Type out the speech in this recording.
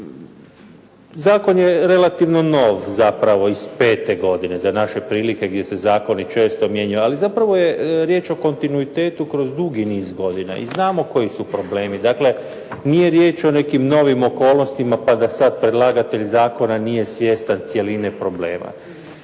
zakon je relativno nov, zapravo iz pete godine za naše prilike gdje se zakoni često mijenjaju, ali zapravo je riječ o kontinuitetu kroz dugi niz godina i znamo koji su problemi. Dakle, nije riječ o nekim novim okolnostima pa da sad predlagatelj zakona nije svjestan cjeline problema.